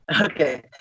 Okay